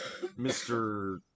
Mr